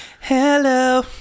Hello